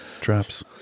traps